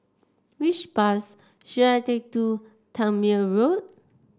which bus should I take to Tangmere Road